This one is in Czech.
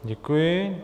Děkuji.